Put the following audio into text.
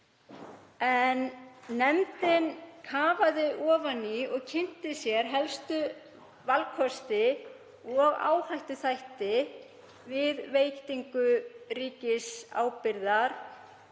Nefndin kafaði ofan í og kynnti sér helstu valkosti og áhættuþætti við veitingu ríkisábyrgðar